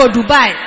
Dubai